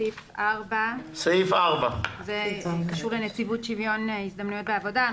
סעיף 4. זה קשור לנציבות שוויון הזדמנויות בעבודה.